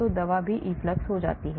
तो दवा भी effluxed हो जाता है